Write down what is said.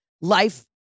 life